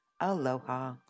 Aloha